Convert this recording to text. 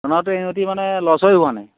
আমাৰতো ইহঁতি মানে লৰচৰেই হোৱা নাই